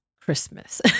Christmas